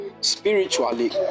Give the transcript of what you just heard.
Spiritually